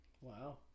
Wow